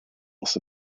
loss